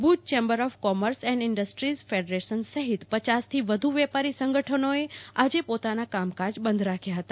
Bhuj chamber of commerce and industries federation સહીત પચાસ થી વધુ વેપારી સંગઠનોએ આજે પોતાના કામકાજ બંધ રાખ્યા હતા